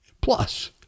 Plus